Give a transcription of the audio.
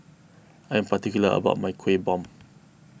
I am particular about my Kuih Bom